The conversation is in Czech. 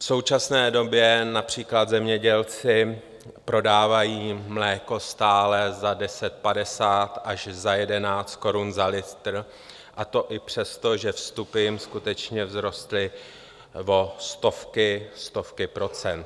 V současné době například zemědělci prodávají mléko stále za 10,50 až za 11 korun za litr, a to i přesto, že vstupy jim skutečně vzrostly o stovky, stovky procent.